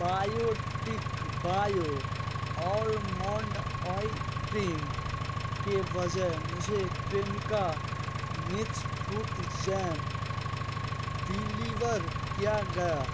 biotic bio almond oil cream के बजाय मुझे Cremica mix fruit jam deliver किया गया